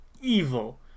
evil